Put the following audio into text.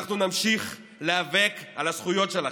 אנחנו נמשיך להיאבק על הזכויות שלכם.